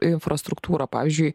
infrastruktūrą pavyzdžiui